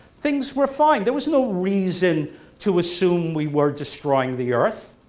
things were fine. there was no reason to assume we were destroying the earth.